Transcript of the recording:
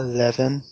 Eleven